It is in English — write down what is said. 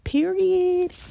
Period